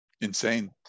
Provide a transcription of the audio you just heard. Insane